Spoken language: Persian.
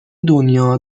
دنیا